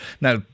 Now